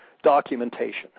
documentation